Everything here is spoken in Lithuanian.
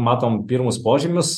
matom pirmus požymius